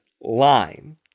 line